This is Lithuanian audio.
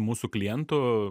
mūsų klientų